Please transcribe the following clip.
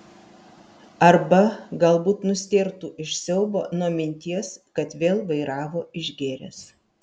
arba galbūt nustėrtų iš siaubo nuo minties kad vėl vairavo išgėręs